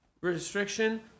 restriction